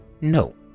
No